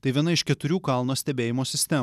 tai viena iš keturių kalno stebėjimo sistemų